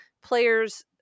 players